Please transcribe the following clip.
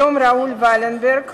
יום ראול ולנברג